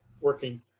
working